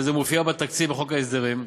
וזה מופיע בתקציב בחוק ההסדרים.